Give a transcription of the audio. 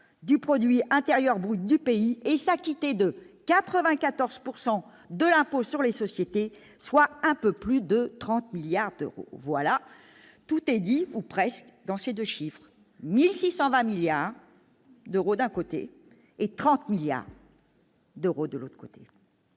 du produit intérieur brut du pays et s'acquitter de 94 pourcent de l'impôt sur les sociétés, soit un peu plus de 30 milliards d'euros voilà tout est dit ou presque, dans ces 2 chiffres : 1620 milliards d'euros d'un côté et 30 milliards. D'euros de l'autre côté,